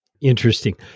Interesting